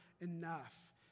enough